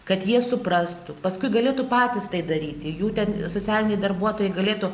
kad jie suprastų paskui galėtų patys tai daryti jų ten socialiniai darbuotojai galėtų